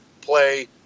play